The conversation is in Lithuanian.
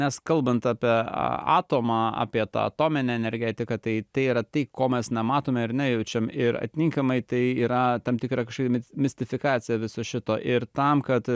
nes kalbant apie a atomą apie tą atominę energetiką tai tėra tai ko mes nematome ir nejaučiam ir atitinkamai tai yra tam tikra kažkokia mis mistifikacija viso šito ir tam kad